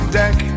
deck